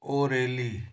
ओरेली